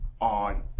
on